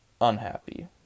unhappy